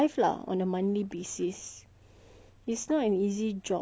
it's not an easy job I must say because you never know who